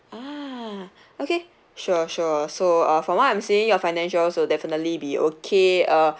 ah okay sure sure so uh from what I'm seeing your financial will definitely be okay uh